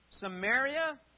Samaria